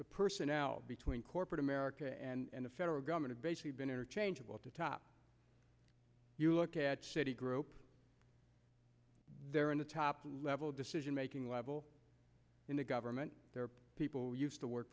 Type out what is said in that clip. the personnel between corporate america and the federal government is basically been interchangeable at the top you look at citi group they're in the top level decision making level in the government there are people who used to work